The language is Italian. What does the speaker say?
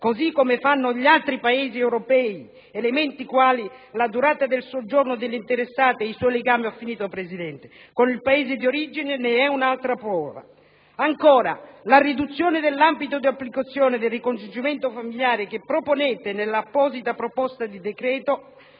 così come fanno gli altri Paesi europei, elementi quali la durata del soggiorno dell'interessato e i suoi legami con il Paese di origine ne è un'altra prova. Ancora, la riduzione dell'ambito di applicazione del ricongiungimento familiare che proponete nell'apposita proposta di decreto,